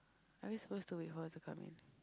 are we suppose to wait for her to come in